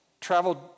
traveled